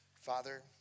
Father